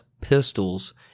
pistols